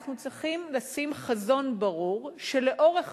אנחנו צריכים לשים חזון ברור שלאורך